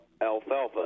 alfalfa